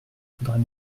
faudrait